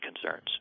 concerns